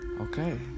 okay